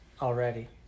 already